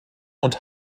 und